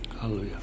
Hallelujah